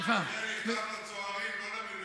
אבל זה נכתב לצוערים, לא למילואים.